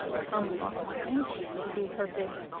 humbly anxious to do her bidding.